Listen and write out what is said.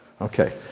Okay